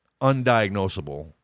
undiagnosable